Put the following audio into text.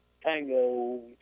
tango